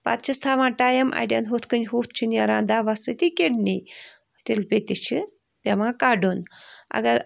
پتہٕ چھِس تھاوان ٹایِم اَڑٮ۪ن ہُتھٕ کٔنۍ ہُتھ چھِ نیران دَوا سۭتی کِڈنی تیٖلہِ پٮ۪تِس چھِ پٮ۪وان کَڈُن اگر